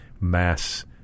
mass